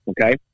okay